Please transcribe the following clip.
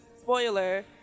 spoiler